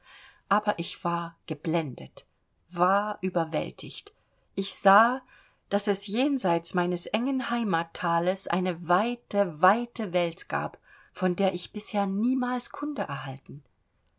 aber ich war geblendet war überwältigt ich sah daß es jenseits meines engen heimatthales eine weite weite welt gab von der ich bisher niemals kunde erhalten